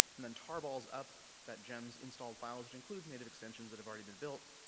and then tarballs up that gems installed files which includes native extension that have already been built.